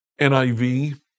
NIV